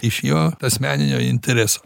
iš jo asmeninio intereso